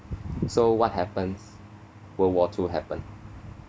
so what happens world war two happened